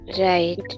Right